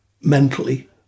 mentally